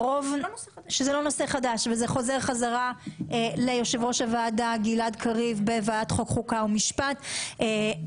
זה שאחר-כך ייקחו את זה לבית משפט זה